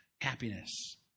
happiness